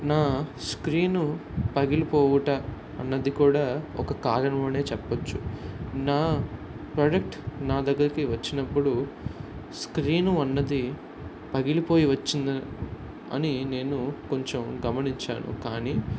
నా స్క్రీను పగిలిపోవుట అన్నది కూడా ఒక కారణం అనే చెప్పొచ్చు నా ప్రోడక్ట్ నా దగ్గరికి వచ్చినప్పుడు స్క్రీను అన్నది పగిలిపోయి వచ్చిందా అని నేను కొంచెం గమనించాను కానీ